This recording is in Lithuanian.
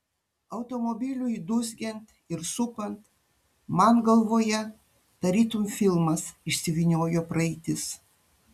automobiliui dūzgiant ir supant man galvoje tarytum filmas išsivyniojo praeitis